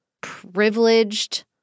privileged